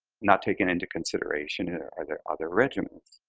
not taken into consideration here are there other regimens.